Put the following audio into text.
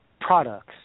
products